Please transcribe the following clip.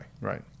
Right